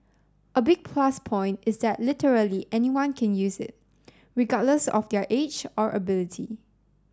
a big plus point is that literally anyone can use it regardless of their age or ability